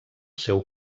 seu